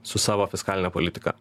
su savo fiskaline politika